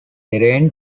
terrain